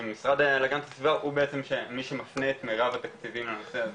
שהמשרד להגנת הסביבה הוא בעצם שמי שמפנה את מירב התקציבים לנושא הזה.